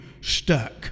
stuck